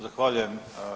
Zahvaljujem.